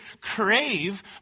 crave